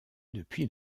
depuis